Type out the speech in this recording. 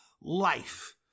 life